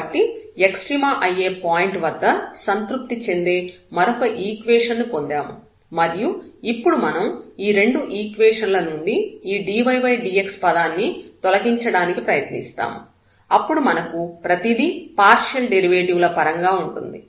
కాబట్టి ఎక్స్ట్రీమ అయ్యే పాయింట్ వద్ద సంతృప్తి చెందే మరొక ఈక్వేషన్ ను పొందాము మరియు ఇప్పుడు మనం ఈ రెండు ఈక్వేషన్ ల నుండి ఈ dydx పదాన్ని తొలగించడానికి ప్రయత్నిస్తాము అప్పుడు మనకు ప్రతిదీ పార్షియల్ డెరివేటివ్ ల పరంగా ఉంటుంది